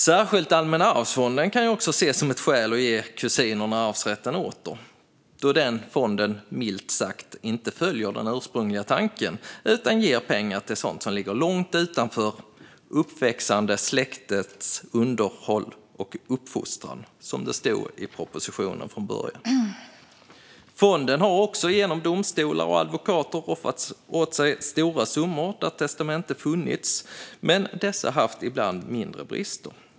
Särskilt Allmänna arvsfonden kan ses som ett skäl till att ge kusiner arvsrätten åter, då denna fond milt sagt inte följer den ursprungliga tanken utan ger pengar till sådant som ligger långt utanför "det uppväxande släktets underhåll och uppfostran", som det stod i den ursprungliga propositionen. Fonden har också ibland genom domstolar och advokater roffat åt sig stora summor då testamenten funnits men dessa haft mindre brister.